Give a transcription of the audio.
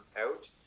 out